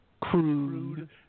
crude